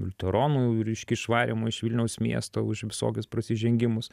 liuteronų reiškia išvarymo iš vilniaus miesto už visokius prasižengimus